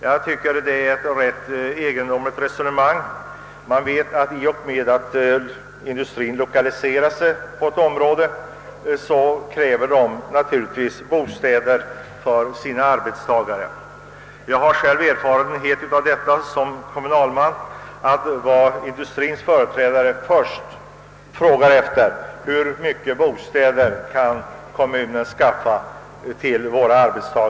Jag tycker detta är ett egendomligt resonemang. I och med att en industri etablerar sig i ett cmråde krävs naturligtvis bostäder för arbetstagarna. Jag har själv som kommunalman den erfarenheten att det som industriens företrädare först frågar efter är hur mycket bostäder kommunen kan skaffa till deras arbetstagare.